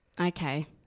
Okay